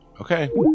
Okay